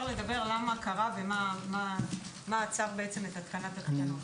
לדבר למה קרה ומה עצר את התקנת התקנות.